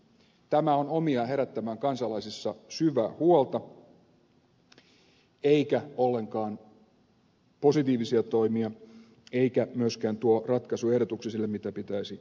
tämä on omiaan herättämään kansalaisissa syvää huolta eikä ollenkaan positiivisia toimia eikä myöskään tuo ratkaisuehdotuksia sille mitä pitäisi tehdä